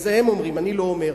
זה הם אומרים, אני לא אומר.